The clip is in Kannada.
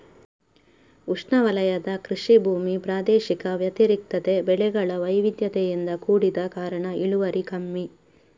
ಉಷ್ಣವಲಯದ ಕೃಷಿ ಭೂಮಿ ಪ್ರಾದೇಶಿಕ ವ್ಯತಿರಿಕ್ತತೆ, ಬೆಳೆಗಳ ವೈವಿಧ್ಯತೆಯಿಂದ ಕೂಡಿದ ಕಾರಣ ಇಳುವರಿ ಕಮ್ಮಿ